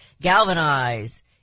galvanize